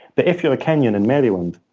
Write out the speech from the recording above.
but if you're a kenyan in maryland,